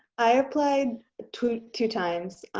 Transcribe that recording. i applied ah two two times.